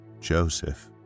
Joseph